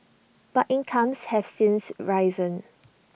but incomes have since risen